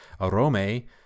Arome